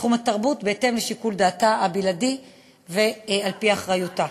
בתחום התרבות בהתאם לשיקול דעתה הבלעדי ועל-פי אחריותה.